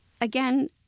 Again –